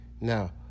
Now